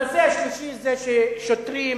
הנושא השלישי זה ששוטרים,